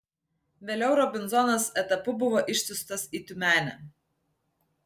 vėliau robinzonas etapu buvo išsiųstas į tiumenę